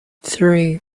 three